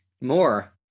More